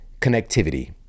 connectivity